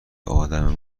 ادم